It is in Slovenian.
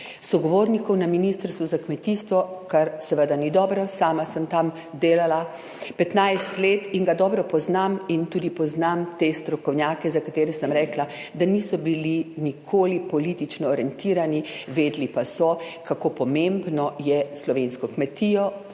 sogovornikov na ministrstvu za kmetijstvo, kar seveda ni dobro. Sama sem tam delala 15 let in ga dobro poznam in tudi poznam te strokovnjake, za katere sem rekla, da niso bili nikoli politično orientirani, vedeli pa so, kako pomembno je slovensko kmetijstvo,